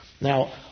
Now